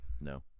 No